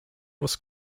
was